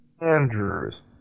Andrews